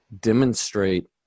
demonstrate